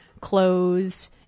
clothes